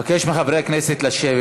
אני מבקש מחברי הכנסת לשבת.